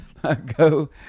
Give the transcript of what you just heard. Go